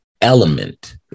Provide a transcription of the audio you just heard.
element